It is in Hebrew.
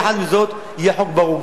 יחד עם זאת, יהיה חוק ברור.